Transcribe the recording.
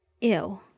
Ew